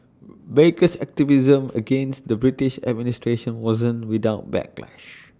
baker's activism against the British administration wasn't without backlash